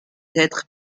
être